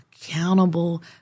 accountable